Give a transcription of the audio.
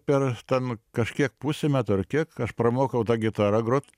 per ten kažkiek pusę metų ar kiek aš pramokau ta gitara grot